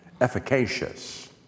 efficacious